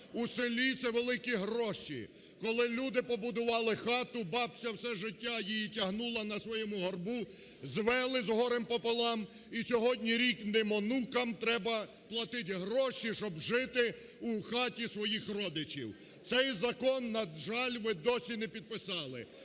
У селі це великі гроші. Коли люди побудували хату, бабця все життя її тягнула на своєму горбу, звели з горем пополам, і сьогодні рідним внукам треба платити гроші, щоб жити у хаті своїх родичів. Цей закон, на жаль, ви досі не підписали.